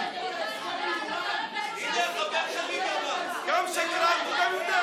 אתה שקרן ואתה יודע.